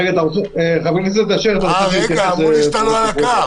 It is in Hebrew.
סגן שר הבריאות וגורמי המקצוע